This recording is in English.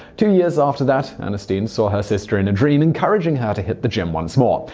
two years after that, ernestine saw her sister in a dream, encouraging her to hit the gym once more.